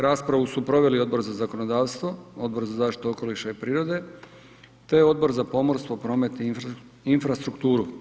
Raspravu su proveli Odbor za zakonodavstvo, Odbor za zaštitu okoliša i prirode te Odbor za pomorstvo, promet i infrastrukturu.